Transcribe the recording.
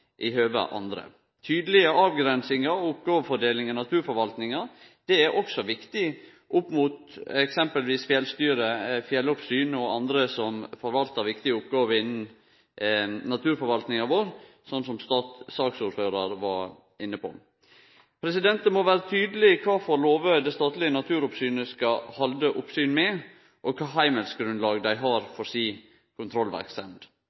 i høve til andre. Tydelege avgrensingar og oppgåvefordeling i naturforvaltinga er også viktig opp mot t.d. fjellstyre, fjelloppsyn og andre som forvaltar viktige oppgåver innan naturforvaltinga vår, som ordføraren for saka var inne på. Det må vere tydeleg kva for lover det statlege naturoppsynet skal halde oppsyn med, og kva for heimelsgrunnlag dei har for kontrollverksemda si. Naturoppsynet si kontrollverksemd